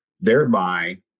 Thereby